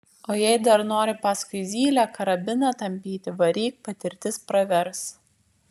o jei dar nori paskui zylę karabiną tampyti varyk patirtis pravers